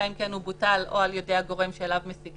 אלא אם כן הוא בוטל על-ידי הגורם שאליו משיגים